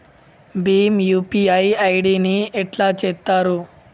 Bhim UPI ID ని ఎట్లా చేత్తరు?